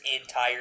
entire